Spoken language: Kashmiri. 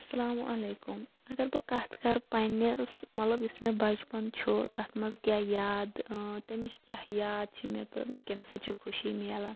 اسلامُ علیکُم اگر بہٕ کَتھ کَرٕ پَننہِ مطلب یُس مےٚ بَچپَن چھُ تَتھ مَنٛز کیاہ یاد تَمِچ کیاہ یاد چھِ مےٚ تہٕ مےٚ کَمہِ سۭتۍ چھِ خوشی میلان